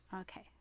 Okay